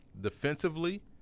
defensively